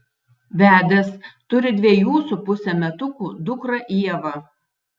vedęs turi dviejų su puse metukų dukrą ievą